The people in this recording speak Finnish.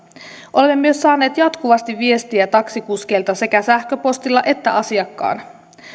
olemme myös saaneet jatkuvasti viestiä taksikuskeilta sekä sähköpostilla että asiakkaina